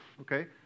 okay